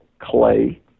Clay